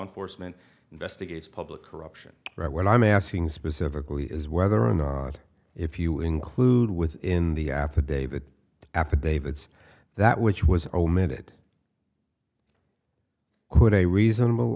enforcement investigates public corruption right what i'm asking specifically is whether or not if you include within the affidavit the affidavit that which was omitted could a reasonable